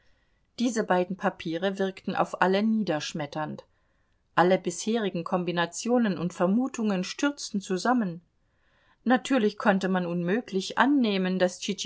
diese beiden papiere wirkten auf alle niederschmetternd alle bisherigen kombinationen und vermutungen stürzten zusammen natürlich konnte man unmöglich annehmen daß